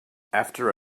after